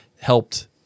helped